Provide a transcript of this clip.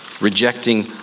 rejecting